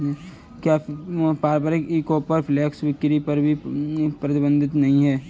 क्या पारंपरिक e commerce flash बिक्री पर प्रतिबंध नहीं है?